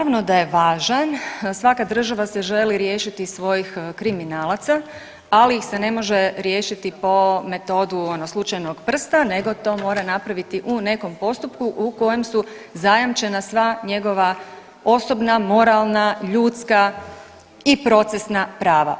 Naravno da je važan, svaka država se želi riješiti svojih kriminalaca, ali ih se ne može riješiti po metodu ono, slučajnog prsta nego to mora napraviti u nekom postupku u kojem su zajamčena sva njegova osoba, moralna, ljudska i procesna prava.